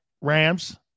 Rams